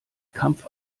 kampf